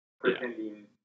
pretending